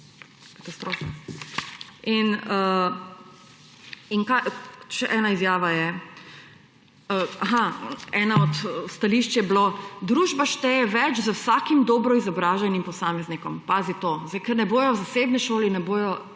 katastrofa. Še ena izjava je. Ena od stališč je bilo: »Družba šteje več z vsakim dobro izobraženim posameznikom.« Pazi to sedaj! Ker ne bodo v zasebni šoli, ne bodo